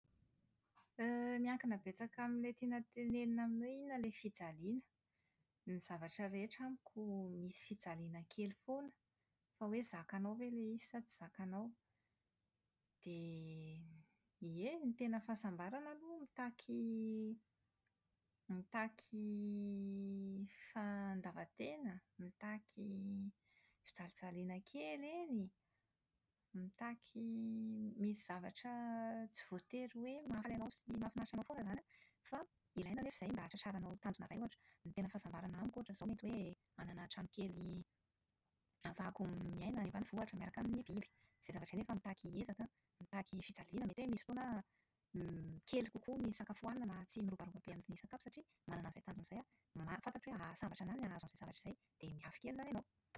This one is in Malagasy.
> Miankina betsaka amin'ilay tiana tenenina amin'ny hoe inona ilay fijailana. Ny zava-drehetra amiko misy fijaliana kely foana, fa hoe zakanao ve ilay izy sa tsy zakanao. Dia ie, ny tena fahasambarana aloha mitaky mitaky fandava-tena, mitaky fijalijaliana kely eny, mitaky misy zavatra tsy voatery hoe mahafaly anao sy mahafinaritra anao foana izany an fa ilaina anefa izay mba hahatratraranao tanjona iray ohatra. Ny tena fahasambarana amiko ohatra izao mety hoe hanana tranokely ahafahako miaina any ambanivohitra miaraka amin'ny biby. Izay zavatra izay anefa an mitaky ezaka an, mitaky fijaliana. Mety hoe misy fotoana aho > kely kokoa ny isakafoanana, tsy mirobaroba be amin'ny sakafo satria manana an'izay tanjona izay aho. Fantatro hoe hahasambatra ahy ny hahazo an'izay zavatra izay, dia miafy kely izany ianao.